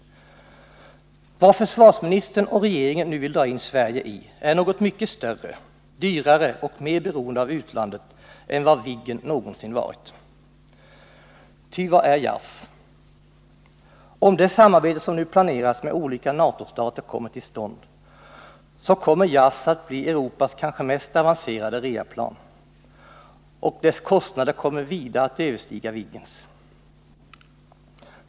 Vad försvarsministern och regeringen nu vill dra in Sverige i är något som är mycket större, dyrare och mer beroende av utlandet än vad Viggen någonsin varit. Ty vad är JAS? Om det samarbete som nu planeras med olika NATO-stater kommer till stånd, så kommer JAS att bli Europas kanske mest avancerade reaplan, och kostnaderna kommer att vida överstiga kostnaderna för Viggen.